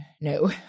no